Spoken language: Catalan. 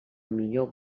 millor